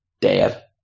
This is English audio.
dead